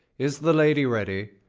is the lady ready?